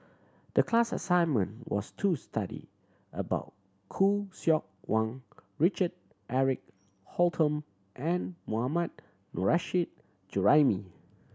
the class assignment was to study about Khoo Seok Wan Richard Eric Holttum and Mohammad Nurrasyid Juraimi